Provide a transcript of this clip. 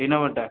ଏଇ ନମ୍ବରଟା